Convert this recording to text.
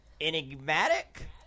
enigmatic